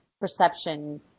perception